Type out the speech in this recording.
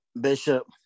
Bishop